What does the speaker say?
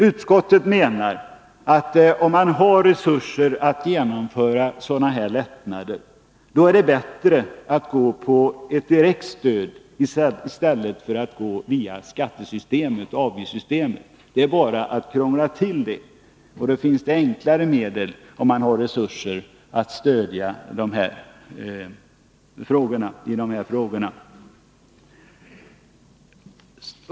Utskottet menar att det, om man har resurser att genomföra lättnader på dessa områden, är bättre att införa ett direkt stöd i stället för att gå fram via avgiftssystemet, något som bara krånglar till det hela. Det finns enklare medel, om man har resurser för att ge stöd på dessa områden.